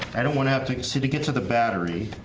i don't want to have to see to get to the battery